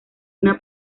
una